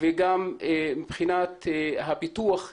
וגם מבחינת פיתוח כלכלי.